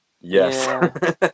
yes